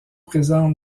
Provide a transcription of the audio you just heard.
présentent